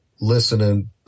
listening